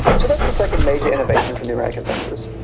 so that's the second major innovation from the american census.